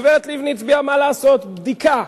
הגברת לבני הצביעה, מה לעשות, בדיקה,